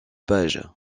pages